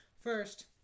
First